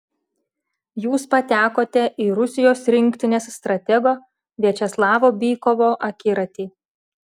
jūs patekote į rusijos rinktinės stratego viačeslavo bykovo akiratį